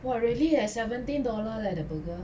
!wah! really eh seventeen dollar leh the burger